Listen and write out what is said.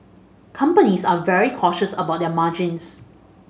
companies are very cautious about their margins